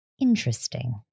Interesting